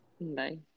Bye